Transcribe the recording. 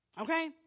Okay